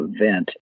event